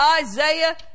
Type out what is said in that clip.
Isaiah